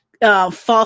False